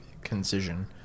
concision